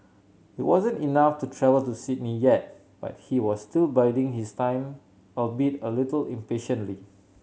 it wasn't enough to travel to Sydney yet but he was still biding his time albeit a little impatiently